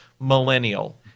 millennial